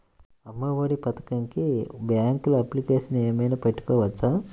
అమ్మ ఒడి పథకంకి బ్యాంకులో అప్లికేషన్ ఏమైనా పెట్టుకోవచ్చా?